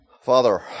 Father